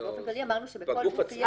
אלא באופן כללי אמרנו שבכל גוף יהיה